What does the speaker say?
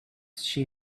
she